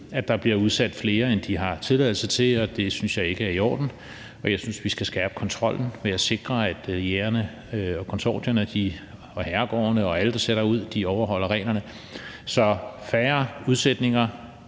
ved der bliver udsat flere, end de har tilladelse til, og det synes jeg ikke er i orden. Jeg synes, at vi skal skærpe kontrollen ved at sikre, at jægerne, konsortierne og herregårdene – alle, der sætter ud – overholder reglerne. Så vi taler